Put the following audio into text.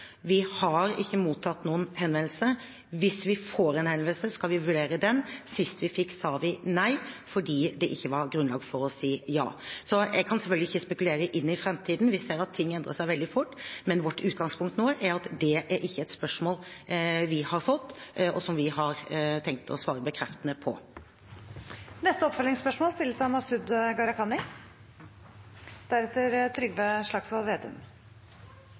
Vi har ikke mottatt noen henvendelse. Hvis vi får en henvendelse, skal vi vurdere den. Sist vi fikk, sa vi nei, fordi det ikke var grunnlag for å si ja. Jeg kan selvfølgelig ikke spekulere i framtiden. Vi ser at ting endrer seg veldig fort. Men vårt utgangspunkt nå er at det er ikke et spørsmål vi har fått og som vi har tenkt å svare bekreftende på. Masud Gharahkani – til oppfølgingsspørsmål.